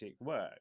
work